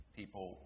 people